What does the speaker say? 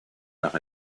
nach